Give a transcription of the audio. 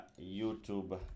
youtube